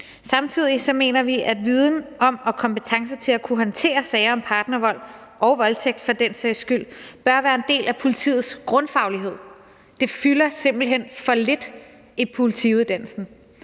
Samtidig mener vi, at viden om og kompetence til at kunne håndtere sager om partnervold, og voldtægt for den sags skyld, bør være en del af politiets grundfaglighed; det fylder simpelt hen for lidt i politiuddannelsen.